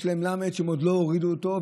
יש להם למ"ד שהם עוד לא הורידו אותו,